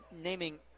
naming